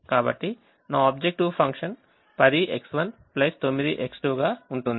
కాబట్టి నా objective function 10X1 9X2 గా ఉంటుంది